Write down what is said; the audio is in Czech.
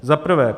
Za prvé.